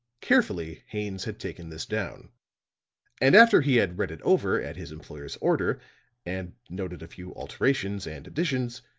carefully haines had taken this down and after he had read it over at his employer's order and noted a few alterations and additions,